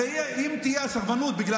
הרי אם תהיה סרבנות בגלל